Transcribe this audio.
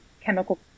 chemical